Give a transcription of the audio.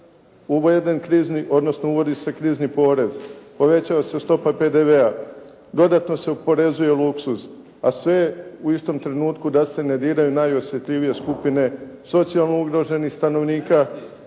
uvodi se krizni porez, povećava se stopa PDV-a, dodatno se oporezuje luksuz, a sve u istom trenutku da se ne diraju najosjetljivije skupine socijalno ugroženih stanovnika,